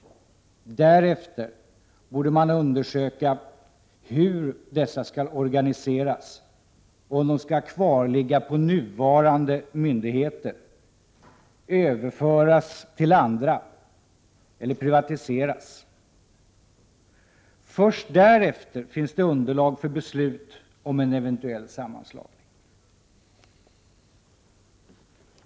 Därefter borde man undersöka hur dessa skall organiseras och om de skall kvarligga på nuvarande myndigheter, överföras till andra eller privatiseras. Först därefter finns underlag för beslut om en eventuell sammanslagning.